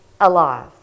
alive